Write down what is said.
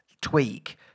tweak